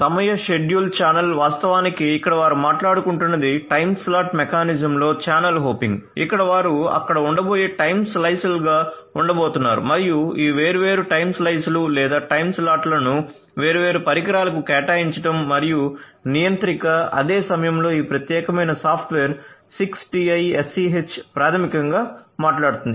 సమయ schedule channel వాస్తవానికి ఇక్కడ వారు మాట్లాడుకుంటున్నది టైమ్ స్లాట్డ్ మెకానిజంలో ఛానెల్ హోపింగ్ అక్కడ వారు అక్కడ ఉండబోయే టైమ్ స్లైస్లుగా ఉండబోతున్నారు మరియు ఈ వేర్వేరు టైమ్ స్లైస్లు లేదా టైమ్ స్లాట్లను వేర్వేరు పరికరాలకు కేటాయించడం మరియు నియంత్రిక అదే సమయంలో ఈ ప్రత్యేకమైన సాఫ్ట్వేర్ 6TiSCH ప్రాథమికంగా మాట్లాడుతుంది